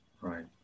Right